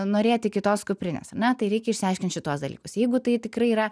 norėti kitos kuprinės ar ne tai reikia išsiaiškint šituos dalykus jeigu tai tikrai yra